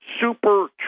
super